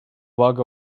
wagga